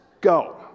go